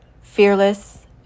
Fearless